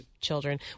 children